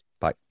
Bye